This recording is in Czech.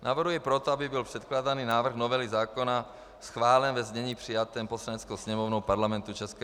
Navrhuji proto, aby byl předkládaný návrh novely zákona schválen ve znění, přijatém Poslaneckou sněmovnou Parlamentu ČR.